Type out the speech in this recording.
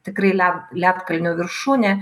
tikrai le ledkalnio viršūnė